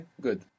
Good